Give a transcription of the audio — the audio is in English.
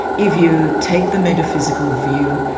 if you take the metaphysical view,